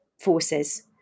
forces